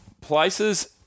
places